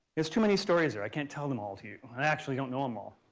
there's too many stories there. i can't tell them all to you. i actually don't know em all.